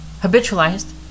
habitualized